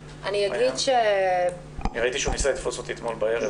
ראיתי שהשר ניסה לתפוס אותי אתמול בערב,